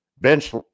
Bench